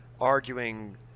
arguing